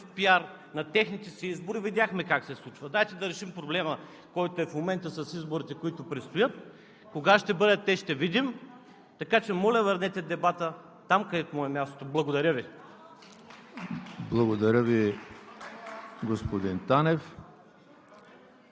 пиар на техните си избори, видяхме как се случва. Дайте да решим проблема, който е в момента, с изборите, които предстоят. Кога ще бъдат те – ще видим. Така че, моля, върнете дебата там, където му е мястото. Благодаря Ви. ПРЕДСЕДАТЕЛ